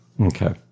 Okay